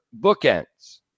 bookends